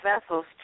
vessels